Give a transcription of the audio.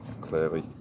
clearly